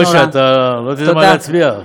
מוישה, אתה לא תדע להצביע.